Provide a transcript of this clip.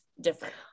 different